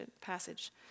passage